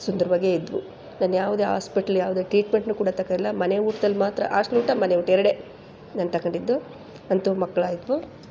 ಸುಂದರವಾಗೇ ಇದ್ದವು ನಾನು ಯಾವುದೇ ಆಸ್ಪೆಟ್ಲ್ ಯಾವುದೇ ಟ್ರೀಟ್ಮೆಂಟ್ನೂ ಕೂಡ ತಗೊ ಇಲ್ಲ ಮನೆ ಊಟ್ದಲ್ಲಿ ಮಾತ್ರ ಆಸ್ಟ್ಲ್ ಊಟ ಮನೆ ಊಟ ಎರಡೇ ನಾನು ತಗೊಂಡಿದ್ದು ಅಂತೂ ಮಕ್ಳು ಆಯಿತು